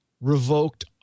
revoked